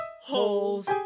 holes